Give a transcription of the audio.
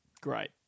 Great